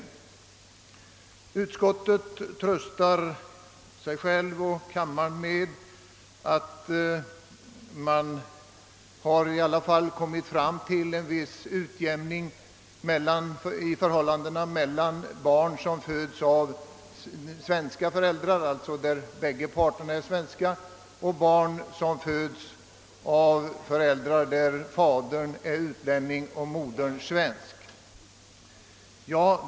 Utskottet tröstar sig självt och riksdagens ledamöter med att man i alla fall kommit fram till en viss utjämning i förhållandena mellan barn vars båda föräldrar är svenska medborgare och barn som har utländsk fader och svensk moder.